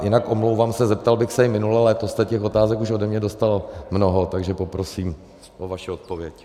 Jinak se omlouvám, zeptal bych se i minule, ale to jste těch otázek ode mě už dostal mnoho, takže poprosím o vaši odpověď.